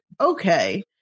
okay